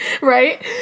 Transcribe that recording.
right